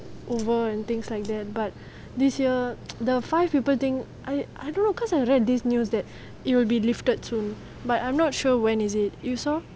over and things like that but this year the five people thing I I don't know because I read this news that it will be lifted too but I'm not sure when is it you saw